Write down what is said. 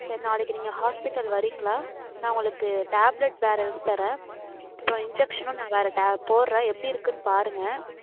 சரி நாளைக்கு நீங்கள் ஹாஸ்ப்பிட்டல் வரிங்களா நான் உங்களுக்கு டேப்லெட் வேறு எழுதி தரேன் இப்போ இன்ஜெக்க்ஷனும் நான் வேறு டேப்லெட் போடுகிறேன் எப்படி இருக்குதுன்னு பாருங்க